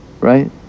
right